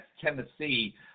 Tennessee